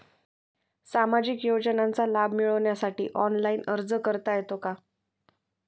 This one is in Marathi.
सामाजिक योजनांचा लाभ मिळवण्यासाठी ऑनलाइन अर्ज करता येतो का?